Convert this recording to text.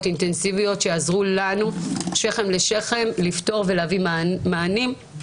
אינטנסיביות שיעזרו לנו שכם לשכם לפתור ולתת מענים.